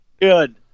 good